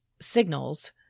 signals